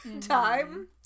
time